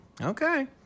okay